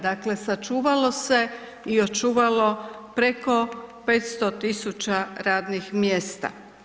Dakle, sačuvalo se i očuvalo preko 500 000 radnih mjesta.